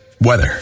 weather